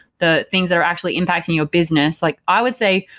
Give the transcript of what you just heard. the things that are actually impacting your business. like i would say,